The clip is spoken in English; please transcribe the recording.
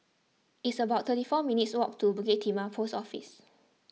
it's about twenty four minutes' walk to Bukit Timah Post Office